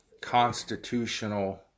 constitutional